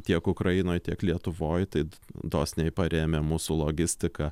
tiek ukrainoj tiek lietuvoj tai dosniai parėmė mūsų logistika